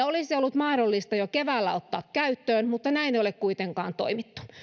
olisi ollut mahdollista jo keväällä ottaa käyttöön mutta näin ei ole kuitenkaan toimittu